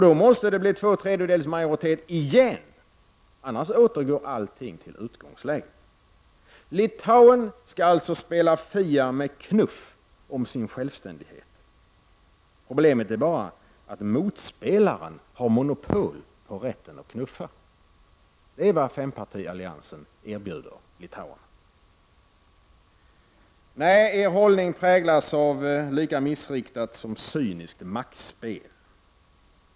Då måste det bli två tredjedels majoritet igen — annars återgår allt till utgångsläget. Litauen skall alltså spela fia med knuff om sin självständighet. Problemet är bara att motspelaren har monopol på rätten att knuffa! Det är vad fempartialliansen erbjuder litauerna. Nej, er hållning präglas av ett lika missriktat som cyniskt maktspel.